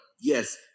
yes